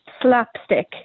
slapstick